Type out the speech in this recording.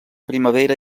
primavera